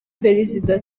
perezida